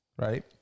right